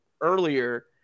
earlier